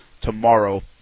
tomorrow